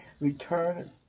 return